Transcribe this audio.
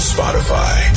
Spotify